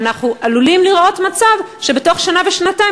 ואנחנו עלולים לראות מצב שבתוך שנה ושנתיים